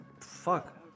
Fuck